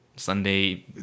Sunday